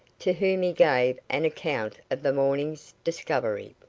to whom he gave an account of the morning's discovery.